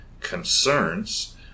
concerns